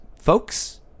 Folks